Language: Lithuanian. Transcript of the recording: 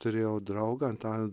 turėjau draugą antaną